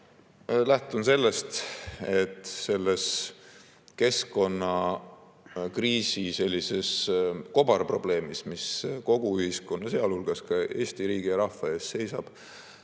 lähtun sellest, et selle keskkonnakriisi kobarprobleemi tõttu, mis kogu ühiskonna, sealhulgas Eesti riigi ja rahva ees seisab,